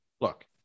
look